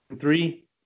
three